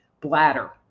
bladder